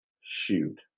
Shoot